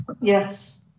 Yes